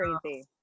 crazy